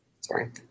Sorry